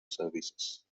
services